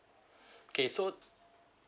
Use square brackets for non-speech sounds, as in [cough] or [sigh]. [breath] okay so